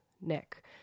nick